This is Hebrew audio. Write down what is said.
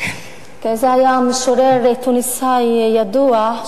זה היה משורר תוניסאי ידוע,